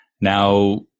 Now